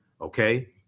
okay